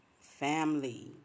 family